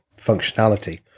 functionality